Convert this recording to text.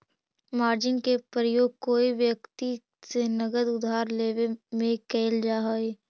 margin के प्रयोग कोई व्यक्ति से नगद उधार लेवे में कैल जा हई